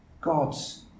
God's